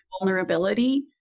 vulnerability